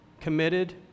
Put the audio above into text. committed